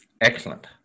Excellent